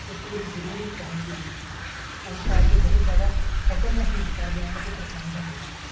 ਇੱਕ ਵਾਰੀ ਜ਼ਰੂਰ ਪਹਿਣ ਕੇ ਦੇਖੀਏ ਉਹ ਪਾ ਕੇ ਬਹੁਤ ਜ਼ਿਆਦਾ ਫਕਰ ਮਹਿਸੂਸ ਕਰਦੇ ਹਨ ਅਤੇ ਪ੍ਰਸੰਨ ਹੁੰਦੇ ਹਨ